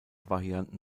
varianten